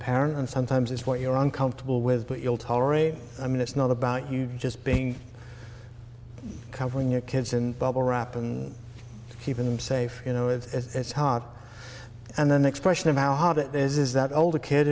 parent and sometimes it's what you're uncomfortable with but you'll tolerate i mean it's not about you just being covering your kids in bubble wrap and keeping them safe you know it's hot and then the expression of how hard it is is that older kid